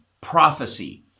prophecy